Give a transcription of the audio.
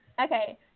Okay